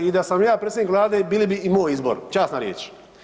I da sam ja predsjednik Vlade bili bi i moj izbor, časna riječ.